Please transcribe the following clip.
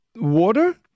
Water